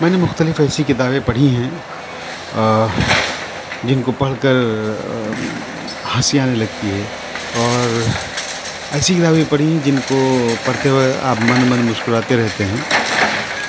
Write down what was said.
میں نے مختلف ایسی کتابیں پڑھی ہیں جن کو پڑھ کر ہنسی آنے لگتی ہے اور ایسی کتابیں پڑھی ہیں جن کو پڑھتے وقت آپ من من مسکراتے رہتے ہیں